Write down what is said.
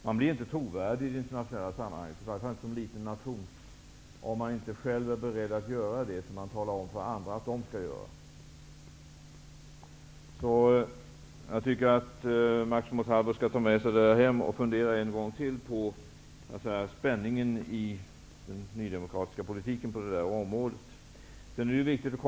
Man blir inte trovärdig i internationella sammanhang om man inte själv är beredd att göra det som man talar om för andra att de skall göra, i alla fall inte som liten nation. Jag tycker därför att Max Montalvo skall gå hem och fundera en gång till över spänningen i Ny demokratis politik på det området.